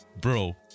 bro